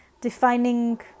defining